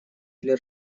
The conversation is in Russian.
для